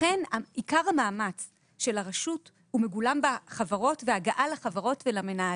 לכן עיקר המאמץ של הרשות מגולם בחברות ובהגעה לחברות ולמנהלים.